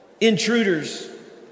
intruders